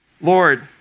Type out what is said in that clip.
Lord